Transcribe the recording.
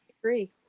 agree